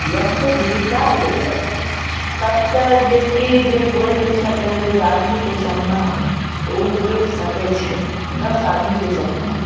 जब से जीबिका अयलै यऽ तब से जबकि जे बोलि नहि सकै रहै दू आदमीके सामनामे ओ बोल सकैत छै दश आदमीके सामनामे